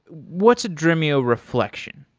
what's a dremio reflection?